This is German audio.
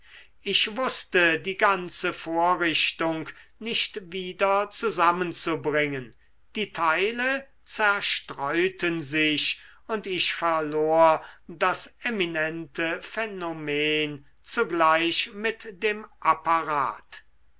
ich wußte die ganze vorrichtung nicht wieder zusammenzubringen die teile zerstreuten sich und ich verlor das eminente phänomen zugleich mit dem apparat